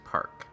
Park